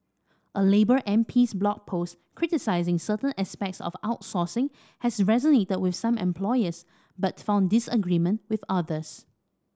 a labour MP's blog post criticising certain aspects of outsourcing has resonated with some employers but found disagreement with others